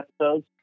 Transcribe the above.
episodes